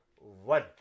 one